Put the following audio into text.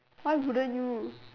why wouldn't you